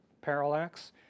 parallax